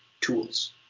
tools